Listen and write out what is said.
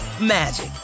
magic